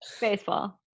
Baseball